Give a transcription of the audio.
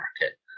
market